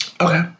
Okay